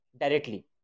directly